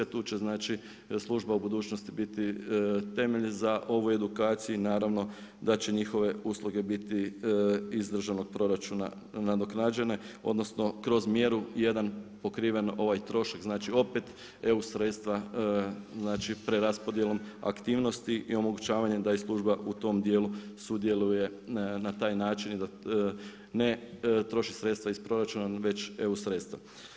Tu će služba u budućnosti biti temelj za ovu edukaciju i naravno da će njihove usluge biti iz državnog proračuna nadoknađene odnosno kroz mjeru 1 pokriven ovaj trošak, znači opet eu sredstva preraspodjelom aktivnosti i omogućavanjem da i služba u tom dijelu sudjeluje na taj način i da ne troši sredstva iz proračuna već eu sredstva.